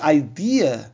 idea